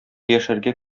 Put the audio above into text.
яшәргә